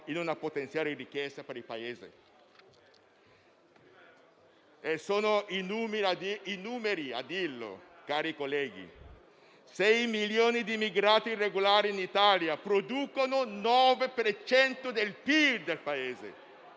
in una potenziale richiesta per il Paese. Sono i numeri a dirlo, cari colleghi: 6 milioni di immigrati irregolari in Italia producono il 9 per cento del PIL del Paese.